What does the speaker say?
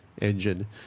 engine